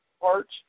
parts